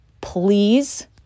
please